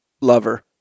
lover